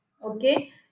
okay